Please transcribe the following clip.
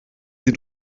sie